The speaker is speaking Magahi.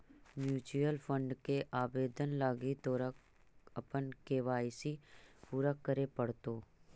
म्यूचूअल फंड के आवेदन लागी तोरा अपन के.वाई.सी पूरा करे पड़तो